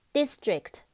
District